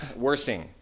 Worsing